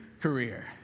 career